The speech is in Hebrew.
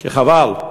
כי חבל.